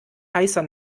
heißer